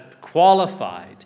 qualified